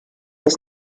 his